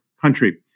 country